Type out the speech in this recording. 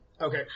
Okay